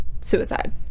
suicide